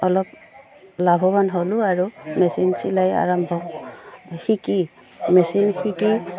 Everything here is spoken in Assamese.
অলপ লাভৱান হ'লোঁ আৰু মেচিন চিলাই আৰম্ভ শিকি মেচিন শিকি